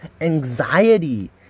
anxiety